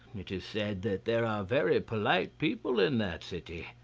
it is said that there are very polite people in that city,